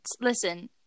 listen